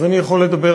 אז אני יכול לדבר,